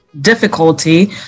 difficulty